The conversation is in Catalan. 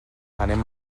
anem